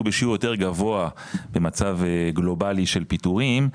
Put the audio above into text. בשיעור יותר גבוה במצב גלובלי של פיטורים,